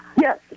Yes